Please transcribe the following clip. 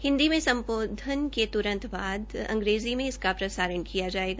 हिन्दी में संबोधन के तुरंत बाद अंग्रेजी में इसका प्रसारण किया जायेगा